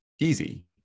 easy